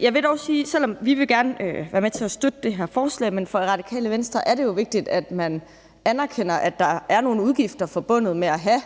Jeg vil dog sige: Vi vil gerne være med til at støtte det her forslag, men for Radikale Venstre er det vigtigt, at man anerkender, at der er nogle udgifter forbundet med at have